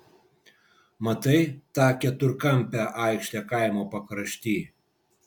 matai tą keturkampę aikštę kaimo pakrašty